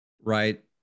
right